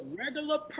regular